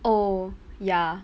oh ya